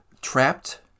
Trapped